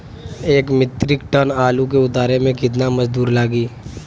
एक metric ton आलू के उतारे मे कितना मजदूर लागि?